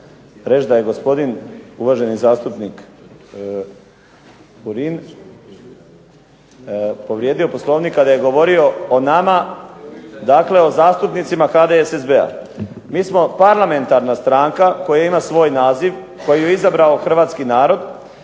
reći da je gospodin uvaženi zastupnik Furin povrijedio Poslovnik kada je govorio o nama, dakle o zastupnicima HDSSB-a. Mi smo parlamentarna stranka koja ima svoj naziv, koju je izabrao hrvatski narod.